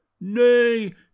Nay